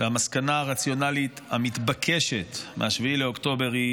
והמסקנה הרציונלית המתבקשת מ-7 באוקטובר היא